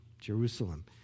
Jerusalem